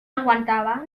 aguantava